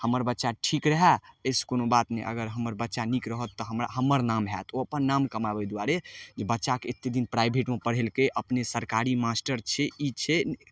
हमर बच्चा ठीक रहै एहिसँ कोनो बात नहि अगर हमर बच्चा नीक रहत तऽ हमरा हमर नाम हैत ओ अपन नाम कमाबै दुआरे जे बच्चाकेँ एतेक दिन प्राइवेटमे पढ़ेलकै अपने सरकारी मास्टर छै ई छै